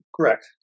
Correct